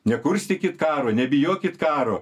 nekurstykit karo nebijokit karo